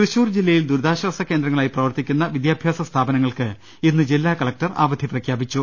തൃശൂർ ജില്ലയിൽ ദുരിതാശ്ചാസ കേന്ദ്രങ്ങളായി പ്രവർത്തിക്കു ന്ന വിദ്യാഭ്യാസ സ്ഥാപനങ്ങൾക്ക് ഇന്ന് ജില്ലാ കലക്ടർ അവധി പ്ര ഖ്യാപിച്ചു